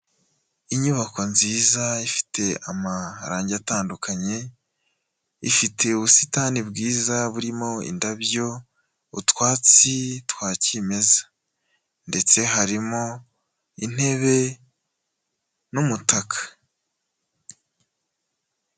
Inyubako nziza, ifite amarangi atandukanye, ifite ubusitani bwiza burimo indabyo, utwatsi twa cyimeza, ndetse harimo intebe, n'umutaka.